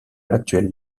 l’actuel